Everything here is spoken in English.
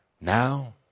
Now